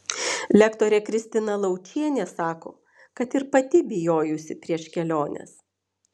lektorė kristina laučienė sako kad ir pati bijojusi prieš keliones